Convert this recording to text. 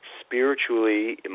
spiritually